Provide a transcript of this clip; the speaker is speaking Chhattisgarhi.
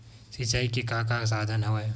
सिंचाई के का का साधन हवय?